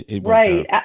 Right